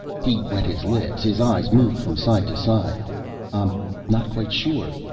he wet his lips, his eyes moved from side to side. i'm not quite sure,